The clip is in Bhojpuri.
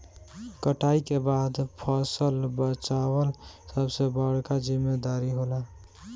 कटाई के बाद फसल बचावल सबसे बड़का जिम्मेदारी होला